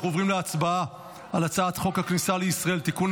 אנחנו עוברים להצבעה על הצעת חוק הכניסה לישראל (תיקון,